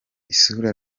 isura